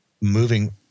moving